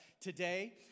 today